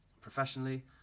professionally